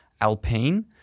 Alpine